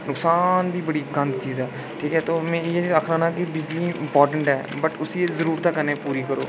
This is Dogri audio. नुकसान बी बड़ी गंद चीज़ ऐ ठीक ऐ तो में इ'यै आखना होना की बिजली इम्पार्टेन्ट ऐ वट् उसी जरूरतें कन्नै पूरी करो